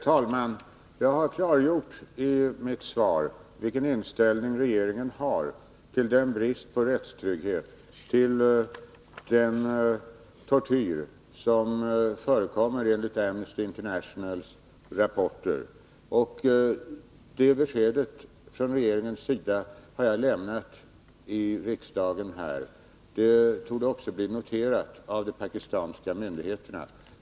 Herr talman! Jag har i mitt svar klargjort vilken inställning regeringen har till den brist på rättstrygghet och till den tortyr som enligt Amnesty Internationals rapporter förekommer. Det beskedet från regeringens sida har jag lämnat här i riksdagen. Det torde också bli noterat av de pakistanska myndigheterna.